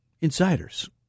insiders